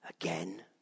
again